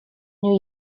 new